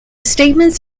statements